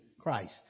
Christ